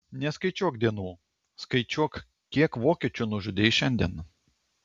neskaičiuok dienų skaičiuok kiek vokiečių nužudei šiandien